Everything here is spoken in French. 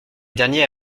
derniers